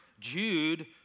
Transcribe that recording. Jude